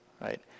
right